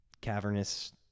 cavernous